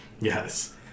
Yes